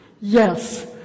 Yes